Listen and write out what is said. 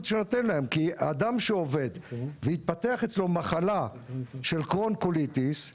שאתה נותן כי אדם שעובד והתפתחה אצלו מחלת קרוהן או קוליטיס,